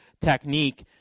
technique